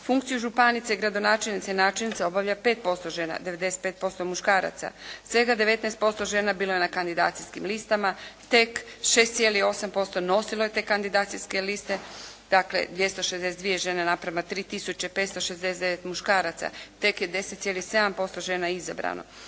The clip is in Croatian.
Funkciju županice i gradonačenice, načelnice obavlja 5% žena, 95% muškaraca. Svega 19% žena bilo je na kandidacijskim listama, tek 6,8% nosilo je te kandidacijske liste, dakle 262 žene naprama 3 tisuće 569 muškaraca tek je 10,7% žena izabrano.